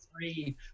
three